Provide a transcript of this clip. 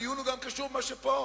הדיון קשור גם במה שפה.